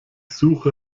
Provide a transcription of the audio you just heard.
suche